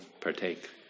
partake